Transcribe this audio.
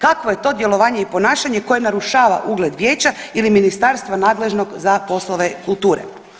Kakvo je to djelovanje i ponašanje koje narušava ugled vijeća ili ministarstva nadležnog za poslove kulture?